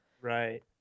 right